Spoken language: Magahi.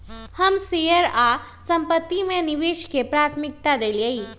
हम शेयर आऽ संपत्ति में निवेश के प्राथमिकता देलीयए